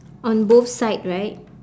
on both side right